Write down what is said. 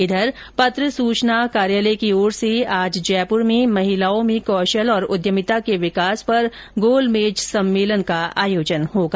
इधर पत्र सूचना कार्यालय की ओर से आज जयपुर में महिलाओं में कौशल और उद्यमिता के विकास पर र्गोल मेज सम्मेलन आयोजित किया जायेगा